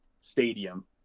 stadium